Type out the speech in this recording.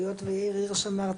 היות ויאיר הירש אמר,